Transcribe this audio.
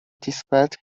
despite